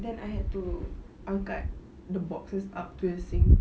then I had to angkat the boxes up to the sink